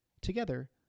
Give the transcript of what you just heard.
Together